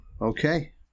Okay